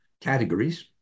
categories